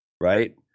right